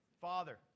Father